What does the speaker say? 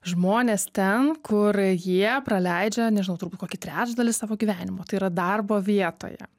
žmones ten kur jie praleidžia nežinau turbūt kokį trečdalį savo gyvenimo tai yra darbo vietoje